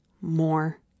more